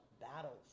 battles